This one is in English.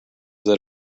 that